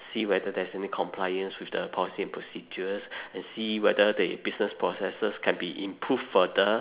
see whether there is any compliance with the policy and procedures and see whether the business processes can be improved further